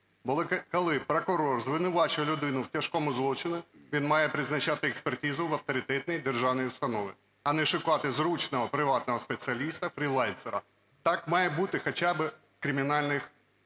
Бо коли прокурор звинувачує людину в тяжкому злочині, він має призначати експертизу в авторитетній державній установі, а не шукати зручного приватного спеціаліста, фрилансера. Так має бути хоча би в кримінальному